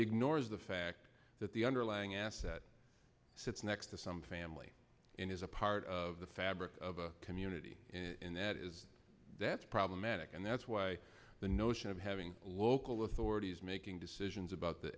ignores the fact that the underlying asset sits next to some family and is a part of the fabric of a community and that is that's problematic and that's why the notion of having local authorities making decisions about the